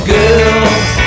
Girl